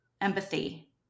empathy